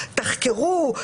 תחקרו,